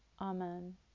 Amen